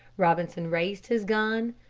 robinson raised his gun,